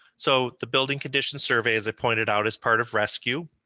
so the building condition survey, as i pointed out, is part of rescue,